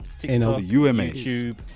YouTube